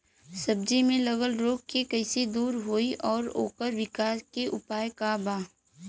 सब्जी में लगल रोग के कइसे दूर होयी और ओकरे विकास के उपाय का बा?